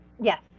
Yes